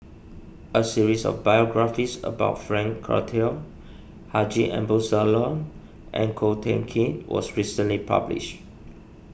a series of biographies about Frank Cloutier Haji Ambo Sooloh and Ko Teck Kin was recently published